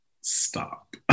stop